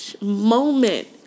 moment